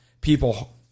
people